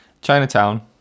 Chinatown